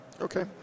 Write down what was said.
Okay